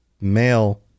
male